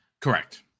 Correct